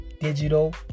Digital